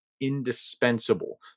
indispensable